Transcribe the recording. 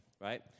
right